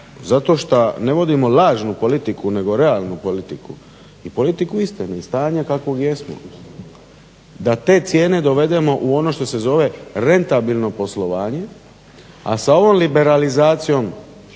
Zato šta ne vodimo lažnu politiku nego realnu politiku i politiku istine i stanja kakvog jesmo, da te cijene dovedemo u ono što se zove rentabilno poslovanje. A sa ovom liberalizacijom za